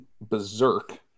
berserk